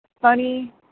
funny